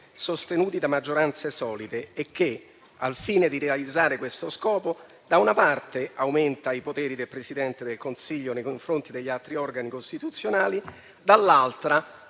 sostenuti da maggioranze solide e che, al fine di realizzare questo scopo, da una parte aumenta i poteri del Presidente del Consiglio nei confronti degli altri organi costituzionali, dall'altra